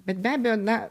bet be abejo na